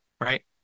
right